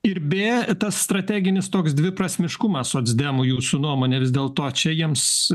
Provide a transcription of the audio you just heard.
ir bė tas strateginis toks dviprasmiškumas socdemų jūsų nuomone vis dėlto čia jiems